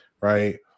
right